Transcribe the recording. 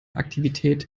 aktivität